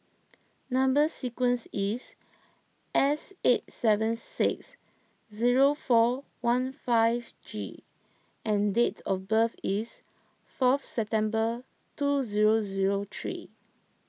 Number Sequence is S eight seven six zero four one five G and date of birth is fourth September two zero zero three